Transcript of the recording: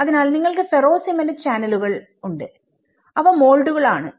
അതിനാൽ നിങ്ങൾക്ക് ferro cement ചാനലുകൾ ഉണ്ട് അവ മോൾഡുകൾ ആണ്